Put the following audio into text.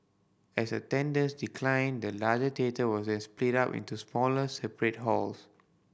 as attendance declined the large theatre was then split up into smaller separate halls